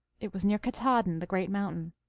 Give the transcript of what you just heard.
it was near katahdin, the great mountain.